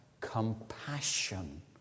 compassion